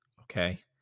okay